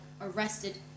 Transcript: arrested